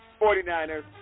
49ers